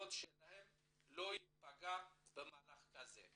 הזכויות שלהם לא ייפגע במהלך כזה.